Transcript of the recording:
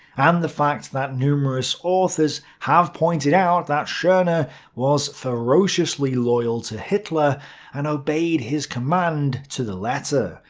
and the fact that numerous authors have pointed out that schorner was ferociously loyal to hitler and obeyed his command to the letter.